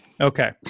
Okay